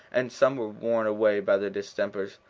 and some were worn away by their distempers,